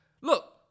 Look